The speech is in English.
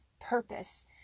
purpose